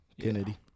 Kennedy